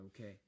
okay